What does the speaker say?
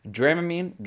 Dramamine